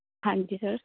ਹਾਂਜੀ ਸਰ